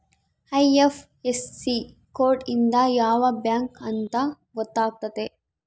IFSC code ಇಂದ ಯಾವ bank ಅಂತ ಗೊತ್ತಾತತೆ